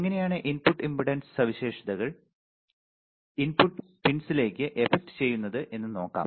എങ്ങനെയാണ് input impedance സവിശേഷതകൾ input പിൻസിലേക്ക് effect ചെയ്യുന്നത് എന്ന് നോക്കാം